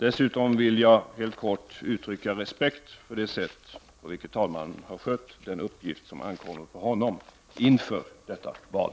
Jag vill dessutom helt kort uttrycka min respekt för det sätt på vilket talmannen har skött den uppgift som ankommit på honom inför detta val.